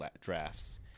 drafts